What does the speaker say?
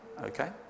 Okay